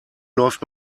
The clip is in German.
läuft